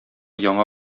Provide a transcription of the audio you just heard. яңа